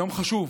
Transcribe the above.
יום חשוב.